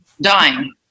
Dying